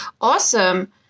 Awesome